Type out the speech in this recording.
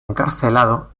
encarcelado